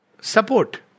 Support